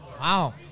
Wow